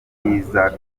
bwiza